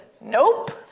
nope